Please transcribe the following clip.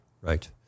right